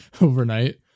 overnight